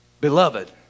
Beloved